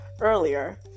earlier